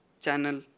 channel